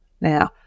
Now